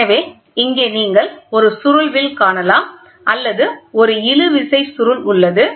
எனவே இங்கே நீங்கள் ஒரு சுருள் வில் காணலாம் அல்லது ஒரு இழுவிசை சுருள் உள்ளது